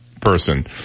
person